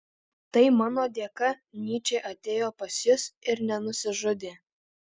tai mano dėka nyčė atėjo pas jus ir nenusižudė